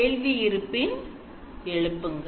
கேள்வி இருப்பின் எழுப்புங்கள்